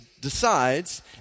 decides